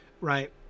right